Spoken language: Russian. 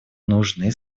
нужны